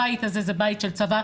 הבית הזה זה בית של צבא.